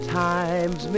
times